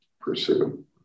pursue